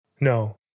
No